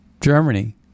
Germany